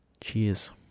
Cheers